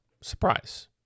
Surprise